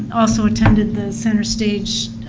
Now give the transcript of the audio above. also attended the centerstage